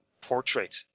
portrait